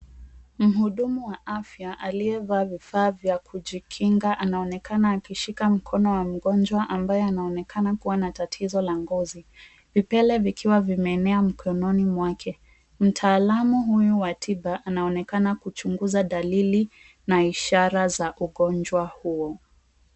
Mhudumu wa afya aliyevaa vifaa vya kujikinga. Anaonekana akishika mkono wa mgonjwa ambaye anaonekana kuwa na tatizo la ngozi, vipele vikiwa vimeenea mkononi mwake. Mtaalamu huyu wa tiba anaonekana kuchunguza dalili, na ishara za ugonjwa huo.